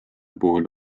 puhul